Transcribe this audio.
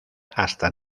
hasta